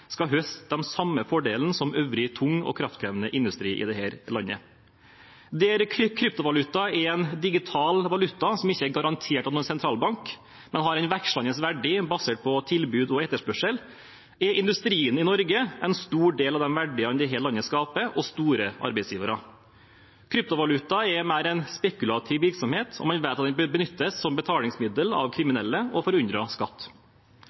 skal høste den samme fordelen som øvrig tung og kraftkrevende industri i dette landet. Der kryptovaluta er en digital valuta som ikke er garantert av noen sentralbank, men har en vekslende verdi basert på tilbud og etterspørsel, er industrien i Norge en stor del av de verdiene dette landet skaper – og store arbeidsgivere. Kryptovaluta er mer en spekulativ virksomhet, og man vet at den benyttes som betalingsmiddel av kriminelle og for å unndra skatt.